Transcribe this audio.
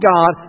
God